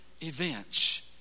events